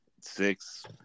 six